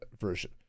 version